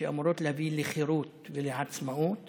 שאמורות להביא לחירות ולעצמאות